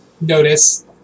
notice